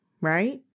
right